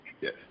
yes